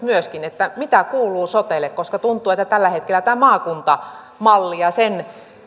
mitä kuuluu sotelle koska tällä hetkellä tämä maakuntamalli ja sen